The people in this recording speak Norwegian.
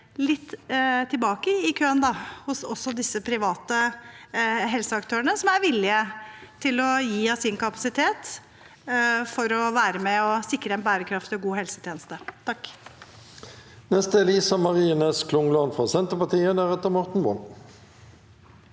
litt tilbake i køen også hos de private helseaktørene, som er villige til å gi av sin kapasitet for å være med og sikre en bærekraftig og god helsetjeneste. Lisa